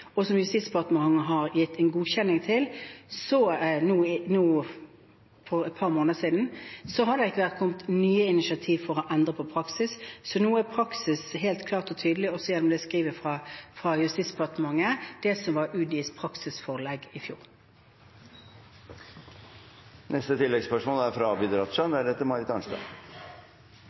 og som Justisdepartementet ga en godkjenning til for et par måneder siden, har det ikke kommet nye initiativ for å endre på praksis. Så nå er praksis helt klar og tydelig, også ved skrivet fra Justisdepartementet, det som var UDIs praksisforelegg i fjor. Abid Q. Raja – til oppfølgingsspørsmål. Som politikere bør vi være opptatt av at valgene og beslutningene vi tar, er